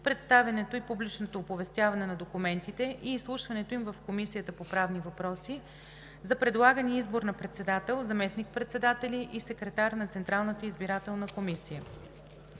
представянето и публичното оповестяване на документите и изслушването им в Комисията по правни въпроси, за предлагане и избор на председател, заместник- председатели и секретар на Централната избирателна комисия.